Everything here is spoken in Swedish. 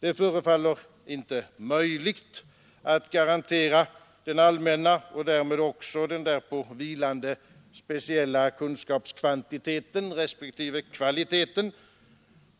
Det förefaller inte möjligt att garantera den allmänna och därmed också därpå följande speciella kunskapskvantiteten respektive kvaliteten